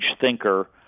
thinker